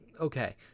Okay